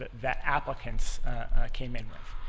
but the applicants came in with.